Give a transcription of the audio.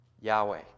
Yahweh